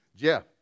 Jeff